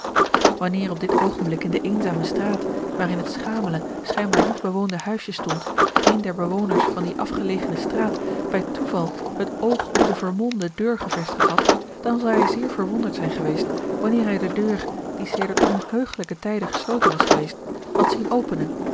wanneer op dit oogenblik in de eenzame straat waarin het schamele schijnbaar niet bewoonde huisje stond een der bewoners van die afgelegene straat bij toeval het oog op de vermolmde deur gevestigd had dan zou hij zeer verwonderd zijn geweest wanneer hij de deur die sedert onheugelijke tijden gesloten was geweest had zien openen